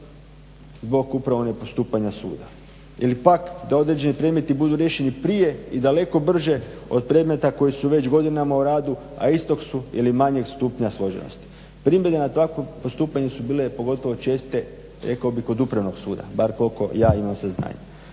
zbog upravo nepostupanja suda ili pak da određeni predmeti budu riješeni prije i daleko brže od predmeta koji su već godinama u radu, a istog su ili manjeg stupnja složenosti. Primjedbe na takvo postupanje su bile pogotovo česte rekao bih kod Upravnog suda, bar koliko ja imam saznanja.